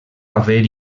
haver